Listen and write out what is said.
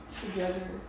together